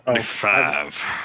Five